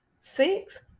Six